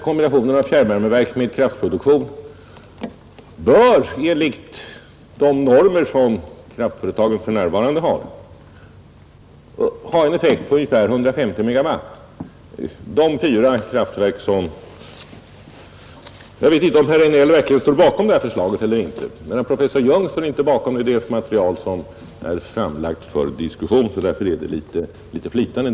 Kombinationen fjärrvärmeverk-kraftproduktion bör enligt kraftföretagens nuvarande normer ha en effekt på ungefär 150 megawatt. Jag vet inte om herr Regnéll verkligen står bakom det här förslaget eller inte; professor Jung står inte bakom det material som här är framlagt för diskussion, och därför är det hela litet flytande.